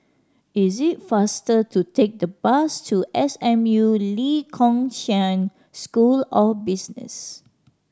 is it faster to take the bus to S M U Lee Kong Chian School of Business